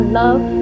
love